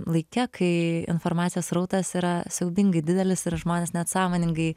laike kai informacijos srautas yra siaubingai didelis ir žmonės net sąmoningai